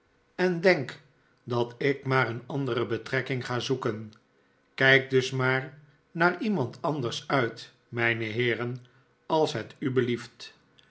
en denk dat ik maar een andere betrekking ga zoeken kijkt dus maar naar iemand anders uit mijne heeren als het u belief